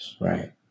right